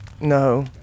No